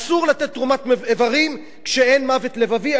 אסור לתת תרומת איברים כשאין מוות לבבי,